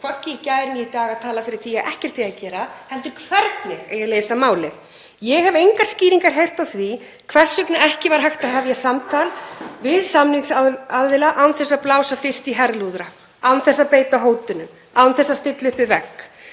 hvorki í gær né í dag, að tala fyrir því að ekkert eigi að gera heldur hvernig eigi að leysa málið. Ég hef engar skýringar heyrt á því hvers vegna ekki var hægt að hefja samtal við samningsaðila án þess að blása fyrst í herlúðra, án þess að beita hótunum, án þess að stilla upp við vegg.